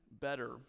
better